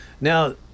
Now